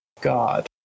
God